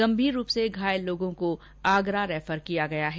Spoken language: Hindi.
गंभीर रूप से घायल लोगों को आगरा रैफर किया गया है